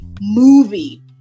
movie